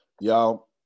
y'all